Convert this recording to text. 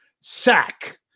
sack